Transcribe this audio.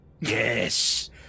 Yes